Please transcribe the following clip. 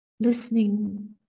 listening